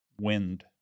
wind